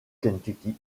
kentucky